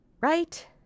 Right